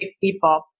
people